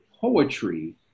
poetry